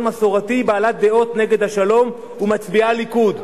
מסורתי היא בעלת דעות נגד השלום ומצביעה ליכוד".